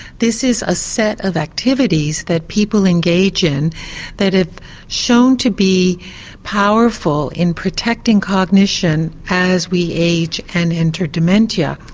this is a set of activities that people engage in that have shown to be powerful in protecting cognition as we age and enter dementia.